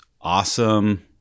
awesome